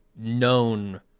known